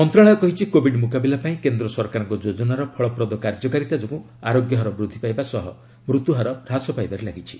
ମନ୍ତ୍ରଣାଳୟ କହିଛି କୋବିଡ ମୁକାବିଲା ପାଇଁ କେନ୍ଦ୍ର ସରକାରଙ୍କ ଯୋଜନାର ଫଳପ୍ରଦ କାର୍ଯ୍ୟକାରିତା ଯୋଗୁଁ ଆରୋଗ୍ୟ ହାର ବୃଦ୍ଧି ପାଇବା ସହ ମୃତ୍ୟୁହାର ହ୍ରାସ ପାଇବାରେ ଲାଗିଛି